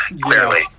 clearly